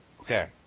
Okay